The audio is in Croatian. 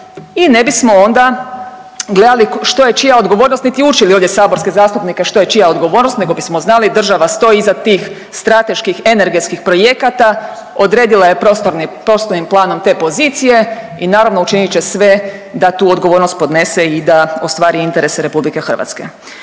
i ne bismo onda gledali što je čija odgovornost niti učili ovdje saborske zastupnike što je čija odgovornost, nego bismo znali država stoji iza tih strateških energetskih projekata, odredila je prostornim planom te pozicije i naravno učinit će sve da tu odgovornost podnese i da ostvari interese Republike Hrvatske.